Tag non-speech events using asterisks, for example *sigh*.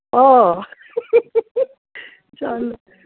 *unintelligible* ਚੱਲ